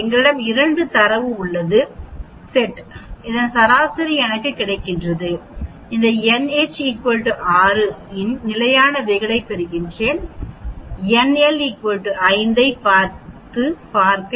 எங்களிடம் 2 தரவு உள்ளது செட் இதன் சராசரி எனக்கு கிடைக்கிறது இந்த nH 6 இன் நிலையான விலகலைப் பெறுகிறேன் nL 5 ஐப் பார்க்க